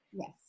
Yes